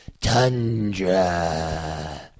tundra